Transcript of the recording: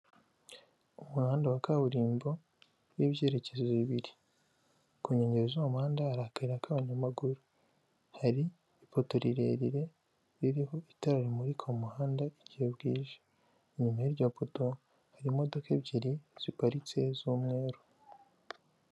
Umuhanda wa kaburimbo w'ibyerekezo bibiri. Ku nkengero z'uwo muhanda hari akayira k'abanyamaguru. Hari ipoto rirerire ririho itara rimurika umuhanda igihe bwije. Inyuma y'iryo poto hari imodoka ebyiri ziparitse z'umweru.